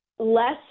less